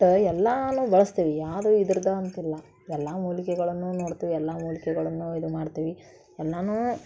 ಒಟ್ಟು ಎಲ್ಲನೂ ಬಳಸ್ತೀವಿ ಯಾವುದೂ ಇದ್ರದು ಅಂತಿಲ್ಲ ಎಲ್ಲ ಮೂಲಿಕೆಗಳನ್ನೂ ನೋಡ್ತೀವಿ ಎಲ್ಲ ಮೂಲಿಕೆಗಳನ್ನೂ ಇದು ಮಾಡ್ತೀವಿ ಎಲ್ಲನೂ